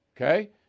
okay